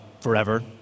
forever